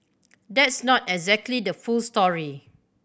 that's not exactly the full story